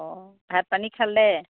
অঁ ভাত পানী খালে